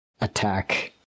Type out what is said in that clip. attack